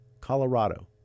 Colorado